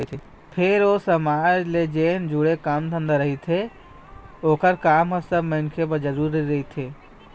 फेर ओ समाज ले जेन जुड़े काम धंधा रहिथे ओखर काम ह सब मनखे बर जरुरी रहिथे